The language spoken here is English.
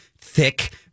thick